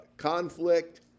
conflict